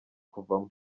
kuvamo